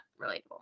relatable